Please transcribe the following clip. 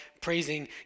praising